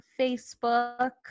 Facebook